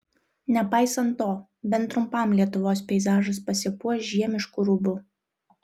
nepaisant to bent trumpam lietuvos peizažas pasipuoš žiemišku rūbu